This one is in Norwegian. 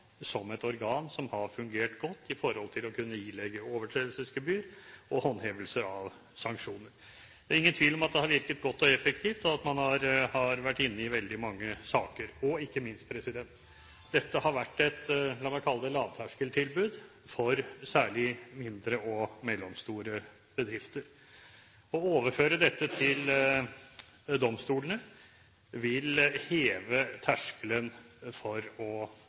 som et organ som har fungert godt for å kunne ilegge overtredelsesgebyr og sørge for håndhevelse av sanksjoner. Det er ingen tvil om at det har virket godt og effektivt, og at man har vært inne i veldig mange saker. Og ikke minst: Dette har vært et lavterskeltilbud for særlig mindre og mellomstore bedrifter. Å overføre dette til domstolene vil heve terskelen for å